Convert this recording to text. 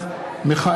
נוכח